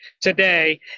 today